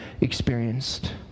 experienced